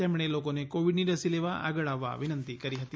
તેમણે લોકોને કોવિડ રસી લેવા આગળ આવવા વિનંતી કરી હતી